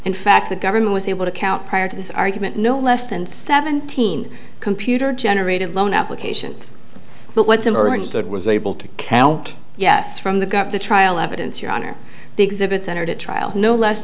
in fact the government was able to count prior to this argument no less than seventeen computer generated loan applications but what's emerged was able to count yes from the gov the trial evidence your honor the exhibits entered at trial no less